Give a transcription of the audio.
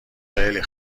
خیلی